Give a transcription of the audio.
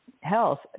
health